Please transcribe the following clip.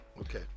Okay